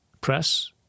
press